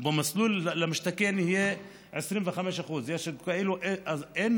ובמסלול מחיר למשתכן הוא יהיה 25%. אז אין